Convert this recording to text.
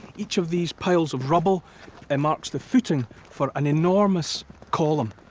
each of these piles of rubble and marks the footing for an enormous column,